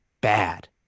bad